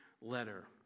letter